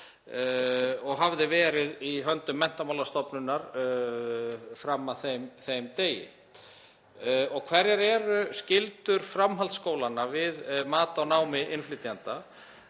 og hafði verið í höndum Menntamálastofnunar fram að þeim degi. Og hverjar eru skyldur framhaldsskólanna við mat á námi innflytjenda?